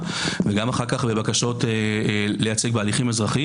במסגרת ההליך הפלילי וגם אחר כך בבקשות לייצג בהליכים אזרחיים,